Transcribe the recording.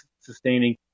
sustaining